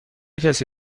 کسی